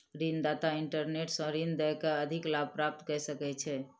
ऋण दाता इंटरनेट सॅ ऋण दय के अधिक लाभ प्राप्त कय सकै छै